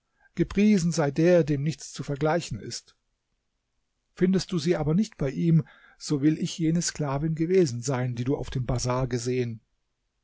gepriesen sei der dem nichts zu vergleichen ist findest du sie aber nicht bei ihm so will ich jene sklavin gewesen sein die du auf dem bazar gesehen